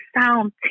sound